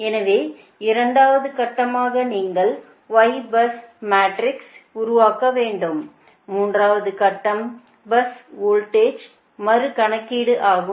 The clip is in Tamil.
எனவே இரண்டாவது கட்டமாக நீங்கள் Y பஸ் மேட்ரிக்ஸை உருவாக்க வேண்டும் மூன்றாவது கட்டம் பஸ் வோல்டேஜின் மறு கணக்கீடு ஆகும்